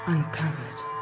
Uncovered